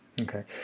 Okay